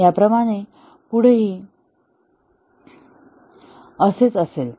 या प्रमाणे पुढेही असेच असेल